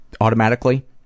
automatically